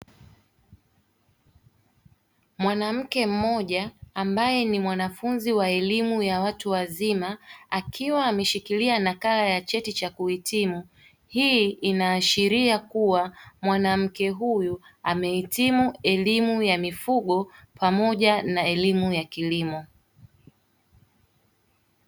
Mwanamke mmoja ambaye ni mwanafunzi wa elimu ya watu wazima akiwa ameshikilia nakala ya cheti cha kuhitimu. Hii inaashiria kuwa mwanamke huyu amehitimu elimu ya mifugo pamoja na elimu ya kilimo.